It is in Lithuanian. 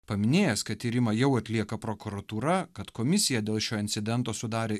paminėjęs kad tyrimą jau atlieka prokuratūra kad komisija dėl šio incidento sudarė